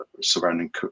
surrounding